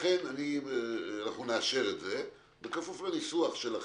לכן נאשר את זה בכפוף לניסוח שלכם,